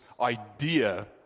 idea